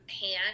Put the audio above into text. hand